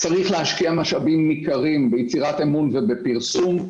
גם צריך להשקיע משאבים ניכרים ביצירת אמון ופרסום,